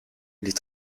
les